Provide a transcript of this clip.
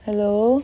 hello